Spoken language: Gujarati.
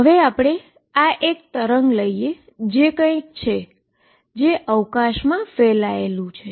હવે એક વેવ એ કંઈક છે જે સ્પેસમાં ફેલાયેલી છે